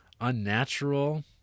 unnatural